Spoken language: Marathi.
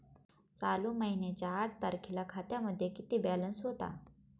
चालू महिन्याच्या आठ तारखेला खात्यामध्ये किती बॅलन्स होता?